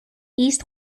east